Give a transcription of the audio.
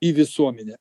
į visuomenę